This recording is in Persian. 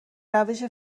روش